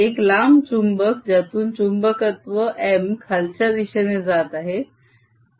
एक लांब चुंबक ज्यातून चुंबकत्व M खालच्या दिशेने जात आहे 0 M